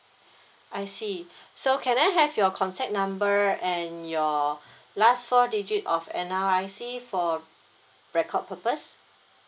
I see so can I have your contact number and your last four digit of N_R_I_C for record purpose